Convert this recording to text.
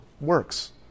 works